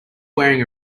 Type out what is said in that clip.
wearing